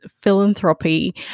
philanthropy